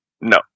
no